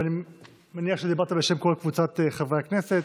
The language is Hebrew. ואני מניח שדיברת בשם כל קבוצת חברי הכנסת,